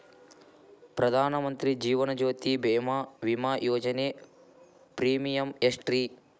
ಪ್ರಧಾನ ಮಂತ್ರಿ ಜೇವನ ಜ್ಯೋತಿ ಭೇಮಾ, ವಿಮಾ ಯೋಜನೆ ಪ್ರೇಮಿಯಂ ಎಷ್ಟ್ರಿ?